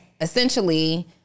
essentially